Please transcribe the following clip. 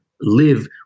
live